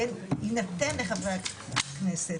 שינתן לחברי הכנסת,